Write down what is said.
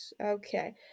Okay